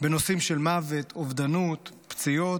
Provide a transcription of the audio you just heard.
בנושאים של מוות, אובדנות, פציעות.